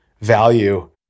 value